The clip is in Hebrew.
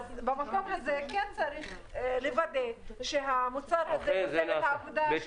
אז במקום הזה צריך לוודא שהמוצר הזה עושה את העבודה.